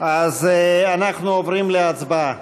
אז אנחנו עוברים להצבעה.